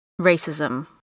racism